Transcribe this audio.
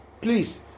please